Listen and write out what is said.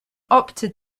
opted